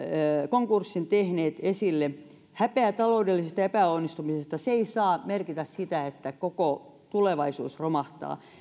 konkurssin tehneet esille häpeä taloudellisesta epäonnistumisesta ei saa merkitä sitä että koko tulevaisuus romahtaa